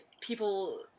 people